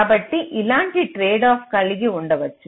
కాబట్టి ఇలాంటి ట్రేడ్ఆఫ్ కలిగి ఉండవచ్చు